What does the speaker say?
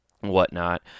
whatnot